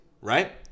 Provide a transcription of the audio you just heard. right